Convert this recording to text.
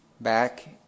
back